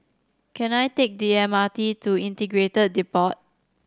can I take the M R T to Integrated Depot